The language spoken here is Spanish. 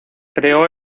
creó